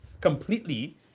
completely